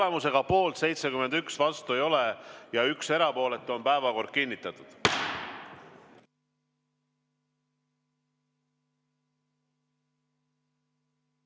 Tulemusega poolt 71, vastu ei ole keegi ja 1 erapooletu, on päevakord kinnitatud.